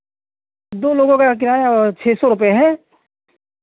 दो लोगों का किराया छः सौ रुपये है